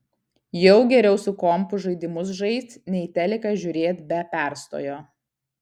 jau geriau su kompu žaidimus žaist nei teliką žiūrėt be perstojo